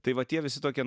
tai va tie visi tokie